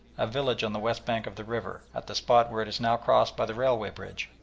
a village on the west bank of the river, at the spot where it is now crossed by the railway bridge.